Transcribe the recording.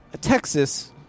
Texas